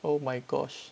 oh my gosh